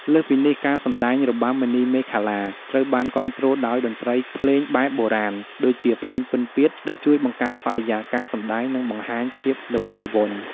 លើសពីនេះ ការសម្តែងរបាំមុនីមាឃលា ត្រូវបានគាំទ្រដោយតន្ត្រីភ្លេងបែបបុរាណ ដូចជា ភ្លេងពិណពាទ្យ ដែលជួយបង្កើតបរិយាកាសសម្តែង និងបង្ហាញភាពល្វត់ល្វន់។